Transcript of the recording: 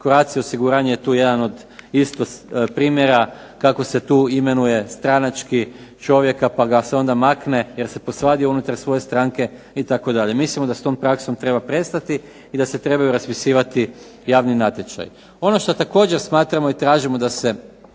Croatia osiguranje je tu jedan od isto primjera kako se tu imenuje stranački čovjek, pa ga se onda makne, jer se posvadi unutar svoje stranke itd. Mislimo da s tom praksom treba prestati i da se trebaju raspisivati javni natječaji. Ono što također smatramo i tražimo da se